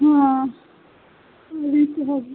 না নিতে হবে